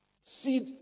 Seed